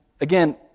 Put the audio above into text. again